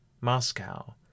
Moscow